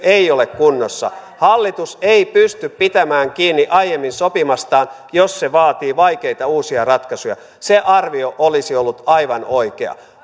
ei ole kunnossa hallitus ei pysty pitämään kiinni aiemmin sopimastaan jos se vaatii vaikeita uusia ratkaisuja olisi ollut aivan oikea